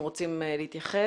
אם רוצים להתייחס,